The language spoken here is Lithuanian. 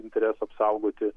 interesą apsaugoti